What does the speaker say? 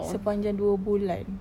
sepanjang dua bulan